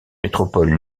métropole